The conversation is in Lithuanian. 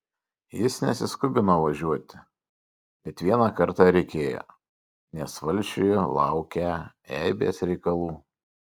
jis nesiskubino važiuoti bet vieną kartą reikėjo nes valsčiuje laukią eibės reikalų